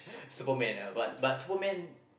Superman ah but but Superman